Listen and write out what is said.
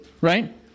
right